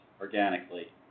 organically